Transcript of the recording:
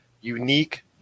unique